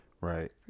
right